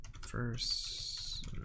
First